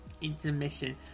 intermission